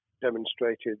demonstrated